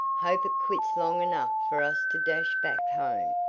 hope it quits long enough for us to dash back home.